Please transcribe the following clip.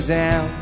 down